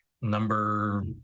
number